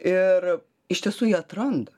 ir iš tiesų ji atranda